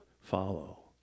follow